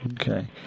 Okay